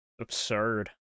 absurd